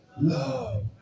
Love